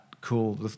cool